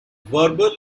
verbal